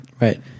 right